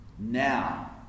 Now